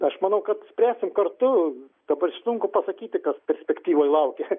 aš manau kad spręsim kartu dabar sunku pasakyti kas perspektyvoj laukia